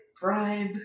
bribe